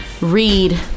read